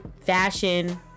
fashion